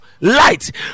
light